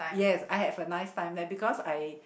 yes I have a nice time there because I